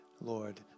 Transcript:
Lord